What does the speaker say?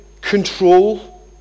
control